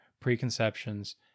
preconceptions